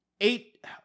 eight